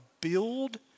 build